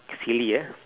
silly yeah